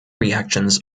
reactions